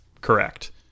Correct